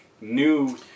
new